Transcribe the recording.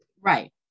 Right